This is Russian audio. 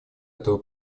этого